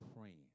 praying